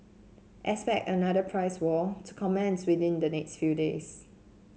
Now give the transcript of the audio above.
expect another price war to commence within the next few days